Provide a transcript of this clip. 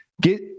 Get